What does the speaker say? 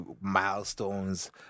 milestones